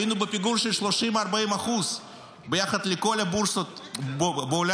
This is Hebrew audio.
היינו בפיגור של 30% 40% ביחס לכל הבורסות בעולם.